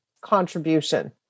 contribution